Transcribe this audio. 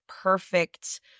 perfect